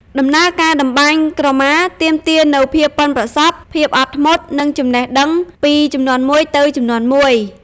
ដំណើរការត្បាញក្រមាទាមទារនូវភាពប៉ិនប្រសប់ ភាពអត់ធ្មត់ និងចំណេះដឹងពីជំនាន់មួយទៅជំនាន់មួយ។